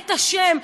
את השם,